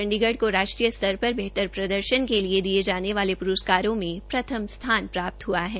चंडीगढ़ को राष्ट्रीय स्तर पर बेहतर प्रदर्शन के लिए दिये जोन वाले प्रस्कारों में प्रथम स्थान मिला है